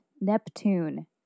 Neptune